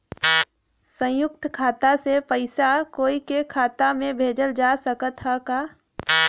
संयुक्त खाता से पयिसा कोई के खाता में भेजल जा सकत ह का?